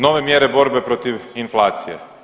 Nove mjere borbe protiv inflacije?